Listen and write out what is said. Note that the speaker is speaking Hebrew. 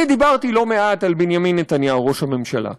אני דיברתי לא מעט על בנימין נתניהו, ראש הממשלה,